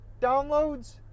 downloads